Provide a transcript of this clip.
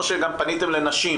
או שגם פניתם לנשים,